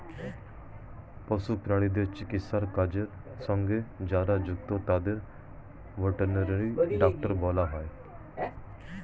পশু প্রাণীদের চিকিৎসার কাজের সঙ্গে যারা যুক্ত তাদের ভেটেরিনারি ডাক্তার বলা হয়